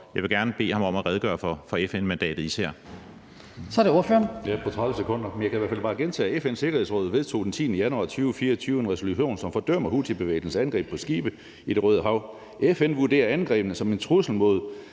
jeg vil gerne bede ham om at redegøre for især FN-mandatet.